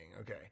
Okay